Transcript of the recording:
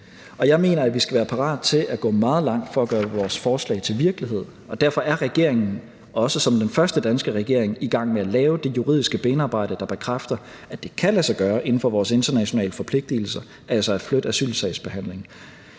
jeg mener, at vi skal være parate til at gå meget langt for at gøre vores forslag til virkelighed. Kl. 11:07 Derfor er regeringen også som den første danske regering i gang med at lave det juridiske benarbejde, der bekræfter, at det kan lade sig gøre inden for vores internationale forpligtigelser, altså at flytte asylsagsbehandlingen.